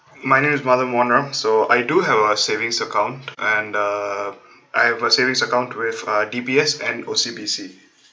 my name is so I do have a savings account and uh I have a savings account with uh D_B_S and O_C_B_C